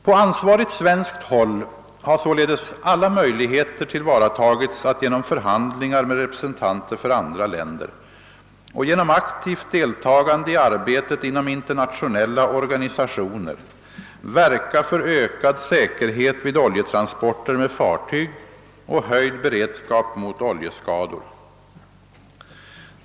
På ansvarigt svenskt håll har således alla möjligheter tillvaratagits att genom förhandlingar med representanter för andra länder och genom aktivt deltagande i arbetet inom internationella organisationer verka för ökad säkerhet vid oljetransporter med fartyg och höjd beredskap mot oljeskador.